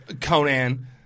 Conan